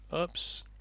Oops